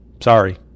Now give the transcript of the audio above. Sorry